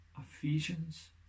Ephesians